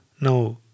now